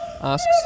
Asks